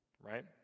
Right